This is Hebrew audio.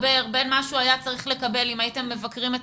בין מה שהוא היה צריך לקבל אם הייתם מבקרים את